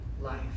life